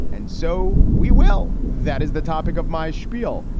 and so we will. that is the topic of my spiel.